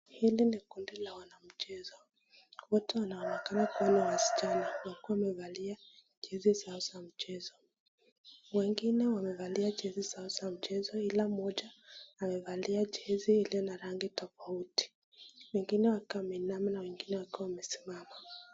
Hili ni kundi la wanamchezo. Wote wanaonekana kuwa ni wasichana wakiwa wamevalia jezi zao za mchezo. Wengine wamevalia jezi zao za mchezo ila mmoja amevalia jezi iliyo na rangi tofauti, wengine wakiwa wameinama na wengine wakiwa wamesimama.